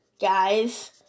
guys